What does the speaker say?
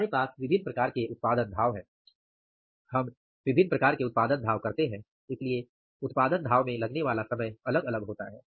हमारे पास विभिन्न प्रकार के उत्पादन धाव हैं हम विभिन्न प्रकार के उत्पादन धाव करते हैं इसलिए उत्पादन धाव में लगने वाला समय अलग अलग होता है